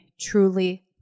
truly